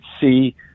see